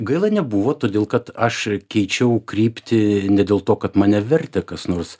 gaila nebuvo todėl kad aš keičiau kryptį ne dėl to kad mane vertė kas nors